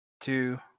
two